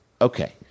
Okay